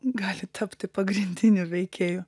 gali tapti pagrindiniu veikėju